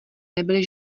nebyly